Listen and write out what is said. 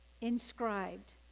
inscribed